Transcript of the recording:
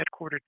headquartered